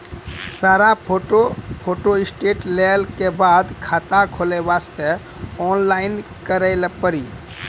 सारा photo photostat लेल के बाद खाता खोले वास्ते ऑनलाइन करिल पड़ी?